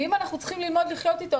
ואם אנחנו צריכים ללמוד לחיות איתו,